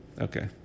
Okay